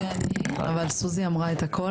אבל סוזי אמרה את הכול,